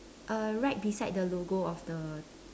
uh right beside the logo of the